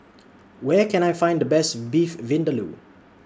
Where Can I Find The Best Beef Vindaloo